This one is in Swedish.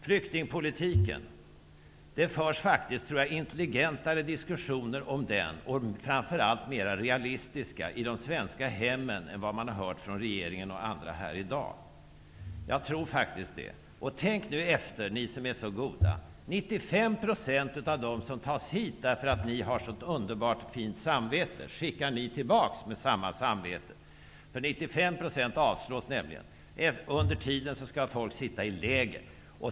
Jag tror att det förs intelligentare diskussioner om flyktingpolitiken, och framför allt mer realistiska, i de svenska hemmen, än vad man har hört från regeringen och andra här i dag. Jag tror faktiskt det. Tänk nu efter ni som är så goda! 95 % av dem som tas hit därför att ni har ett så underbart fint samvete, skickar ni tillbaks med samma samvete. 95 % av ansökningarna avslås nämligen. Under tiden skall folk sitta i läger.